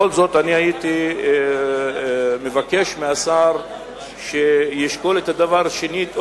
בכל זאת הייתי מבקש מהשר שישקול את הדבר שנית,